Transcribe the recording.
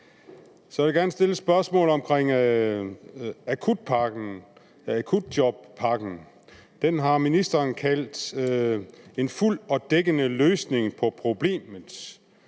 Så vil jeg gerne stille et spørgsmål om akutjobpakken. Ministeren har kaldt den en fuld og dækkende løsning på problemet.